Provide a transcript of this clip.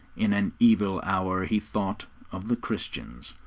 in an evil hour he thought of the christians.